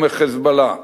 ומ"חיזבאללה",